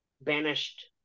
banished